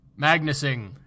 Magnusing